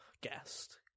guest